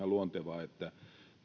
luontevaa että